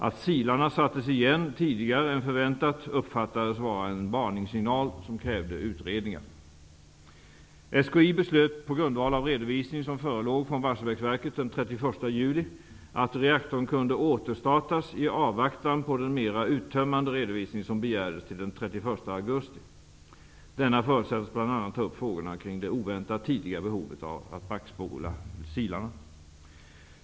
Att silarna sattes igen tidigare än förväntat uppfattades vara en varningssignal som krävde utredningar. SKI beslöt på grundval av den redovisning som förelåg från Barsebäcksverket den 31 juli att reaktorn kunde återstartas i avvaktan på den mer uttömmande redovisning som begärdes till den 31 augusti. Denna förutsattes bl.a. ta upp frågorna kring det oväntat tidiga behovet att backspola silarna.